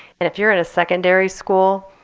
and if you're in a secondary school,